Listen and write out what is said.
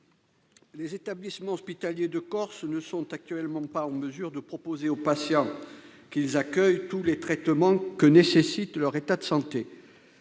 Les établissements hospitaliers de Corse ne sont actuellement pas en mesure de proposer aux patients qu'ils accueillent tous les traitements que nécessite leur état de santé.